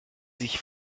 sich